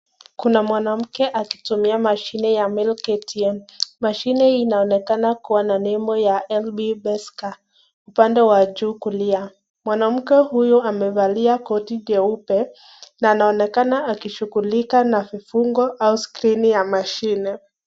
Kuna mwanamke akitumia mashini ya Milk ATM, mashine hii inaonekana kua na nembo ya LB bes scar . Upande ya juu kulia, mwanamke huyu amevalia koti jeupe na anaonekana akishugulika na vifungo au skrini ya mashini.